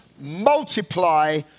multiply